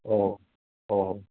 ओहो ओहो